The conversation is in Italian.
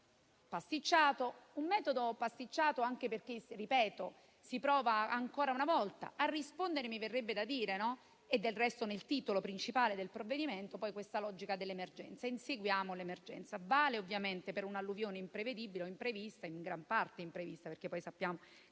il metodo è pasticciato, come dicevo, anche perché si prova ancora una volta a rispondere - mi verrebbe da dire e del resto è nel titolo principale del provvedimento - a questa logica dell'emergenza: inseguiamo l'emergenza. Vale ovviamente per un'alluvione imprevedibile o imprevista (in gran parte imprevista, perché sappiamo che